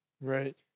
Right